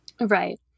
Right